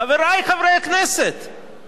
כלכלת מדינת ישראל בסכנה.